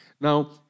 Now